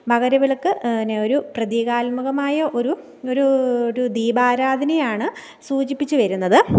മകരവിളക്ക് ന് ഒരു പ്രതീകാത്മകമായ ഒരു ഒരു രു ദീപാരാധനയാണ് സൂചിപ്പിച്ച് വരുന്നത്